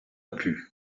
plus